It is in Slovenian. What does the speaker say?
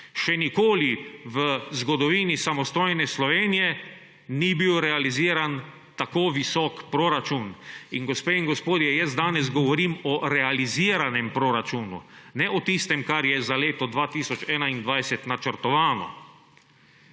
Še nikoli v zgodovini samostojne Slovenije ni bil realiziran tako visok proračun. In, gospe in gospodje, jaz danes govorim o realiziranem proračunu, ne o tistem, kar je za leto 2021 načrtovano.